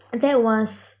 that was